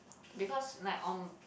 because like um